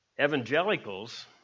Evangelicals